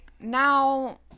Now